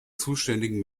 zuständigen